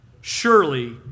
Surely